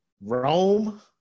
Rome